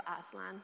Aslan